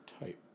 Type